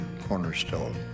cornerstone